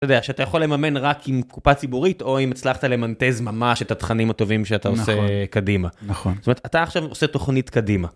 אתה יכול לממן רק עם קופה ציבורית או אם הצלחת למנטז ממש את התכנים הטובים שאתה עושה קדימה, נכון, ז'תאומרת אתה עכשיו עושה תוכנית קדימה.